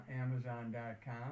Amazon.com